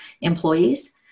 employees